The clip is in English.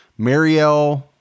Marielle